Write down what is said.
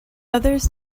others